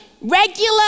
regular